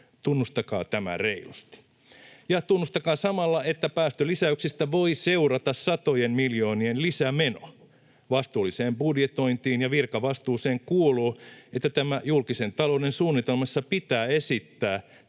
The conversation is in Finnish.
Tunnustakaa tämä reilusti. Ja tunnustakaa samalla, että päästölisäyksistä voi seurata satojen miljoonien lisämeno. Vastuulliseen budjetointiin ja virkavastuuseen kuuluu, että julkisen talouden suunnitelmassa pitää esittää